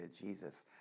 Jesus